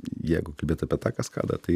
jeigu kalbėt apie tą kaskadą tai